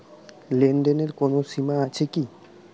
লেনদেনের কোনো সীমা আছে কি?